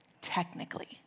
technically